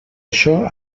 això